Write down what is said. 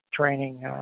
Training